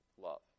love